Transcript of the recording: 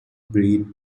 beads